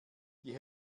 die